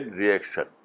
reaction